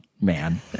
man